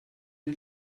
you